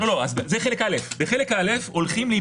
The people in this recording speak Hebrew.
קודם כול היות שיש עסק בשותפות שני השותפים האלה חייבים במס